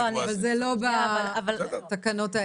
בדיוק, אבל זה לא בתקנות האלה.